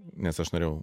nes aš norėjau